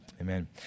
Amen